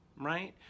right